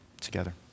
together